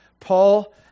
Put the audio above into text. Paul